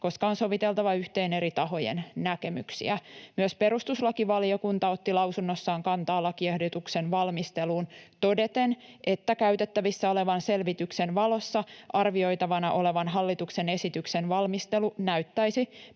koska on soviteltava yhteen eri tahojen näkemyksiä. Myös perustuslakivaliokunta otti lausunnossaan kantaa lakiehdotuksen valmisteluun todeten, että käytettävissä olevan selvityksen valossa arvioitavana olevan hallituksen esityksen valmistelu näyttäisi